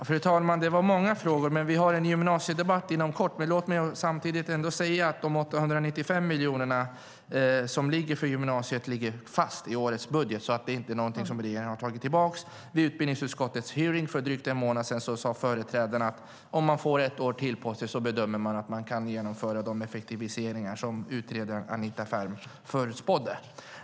Fru talman! Det var många frågor. Men vi ska ha en gymnasiedebatt inom kort. Låt mig ändå säga att de 895 miljonerna för gymnasiet ligger fast i årets budget, och det är inte någonting som regeringen har tagit tillbaka. Vid utbildningsutskottets hearing för drygt en månad sedan sade företrädarna att om de får ett år till på sig bedömer de att de kan genomföra de effektiviseringar som utredaren Anita Ferm förutspådde.